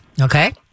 Okay